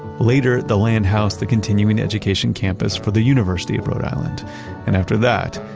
later, the land housed the continuing education campus for the university of rhode island and after that,